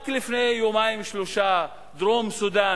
רק לפני יומיים שלושה דרום-סודן